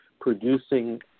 producing